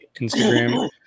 Instagram